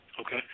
Okay